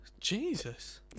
Jesus